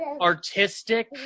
artistic